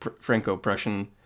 Franco-Prussian